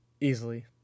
easily